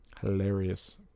Hilarious